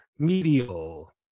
medial